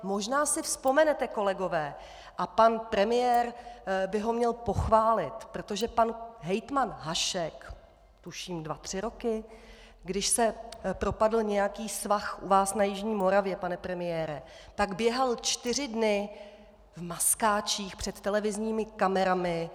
Možná si vzpomenete, kolegové, a pan premiér by ho měl pochválit, protože pan hejtman Hašek, tuším dva tři roky, když se propadl nějaký svah u vás na jižní Moravě, pane premiére, tak běhal čtyři dny v maskáčích před televizními kamerami.